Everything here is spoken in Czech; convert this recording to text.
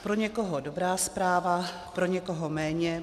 Pro někoho dobrá zpráva, pro někoho méně.